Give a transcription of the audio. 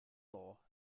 law